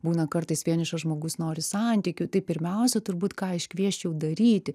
būna kartais vienišas žmogus nori santykių tai pirmiausia turbūt ką aš kviesčiau daryti